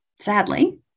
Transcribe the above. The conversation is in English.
sadly